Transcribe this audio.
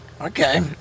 Okay